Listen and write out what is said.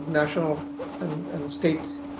national and and state